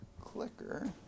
clicker